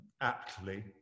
aptly